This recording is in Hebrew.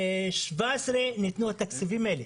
ניתנו התקציבים האלה.